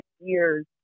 years